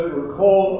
recall